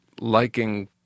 liking